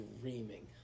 dreaming